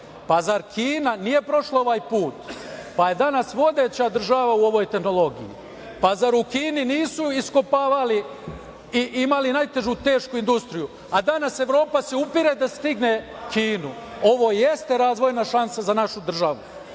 pa zar Kina nije prošla ovaj put, pa je danas vodeća država u ovoj tehnologiji, pa zar u Kini nisu iskopavali i imali najtežu tešku industriju, a danas Evropa se upire da stigne Kinu. Ovo jeste razvojna šansa za našu državu